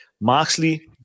Moxley